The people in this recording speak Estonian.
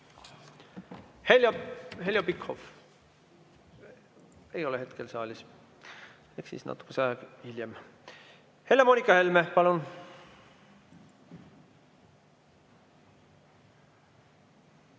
Heljo Pikhof. Ei ole hetkel saalis. Ehk siis natuke aega hiljem. Helle-Moonika Helme, palun!